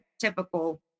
typical